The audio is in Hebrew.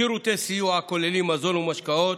שירותי סיוע הכוללים מזון ומשקאות,